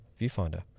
viewfinder